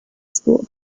school